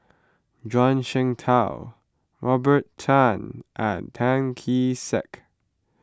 Zhuang Shengtao Robert Tan and Tan Kee Sek